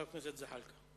חבר הכנסת ג'מאל זחאלקה.